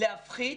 להפחית